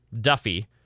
Duffy